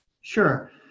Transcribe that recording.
Sure